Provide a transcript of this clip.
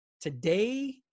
today